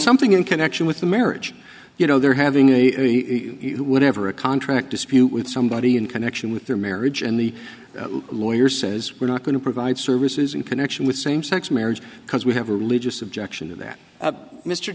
something in connection with the marriage you know they're having a whatever a contract dispute with somebody in connection with their marriage and the lawyer says we're not going to provide services in connection with same sex marriage because we have a religious objection to that